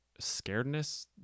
scaredness